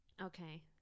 Okay